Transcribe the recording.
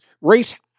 Race